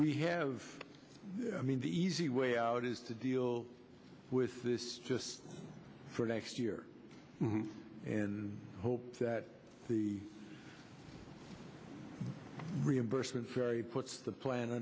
we have i mean the easy way out is to deal with this just for next year and hope that the reimbursement fairy puts the plan